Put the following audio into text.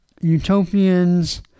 Utopians